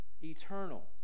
Eternal